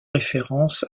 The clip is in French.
référence